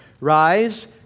Rise